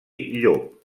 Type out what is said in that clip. llop